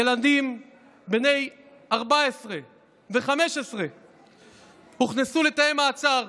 ילדים בני 14 ו-15 הוכנסו לתאי מעצר.